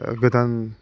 गोदान